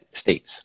states